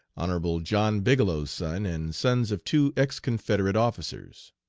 hon. john bigelow's son, and sons of two ex-confederate officers.